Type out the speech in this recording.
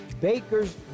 Baker's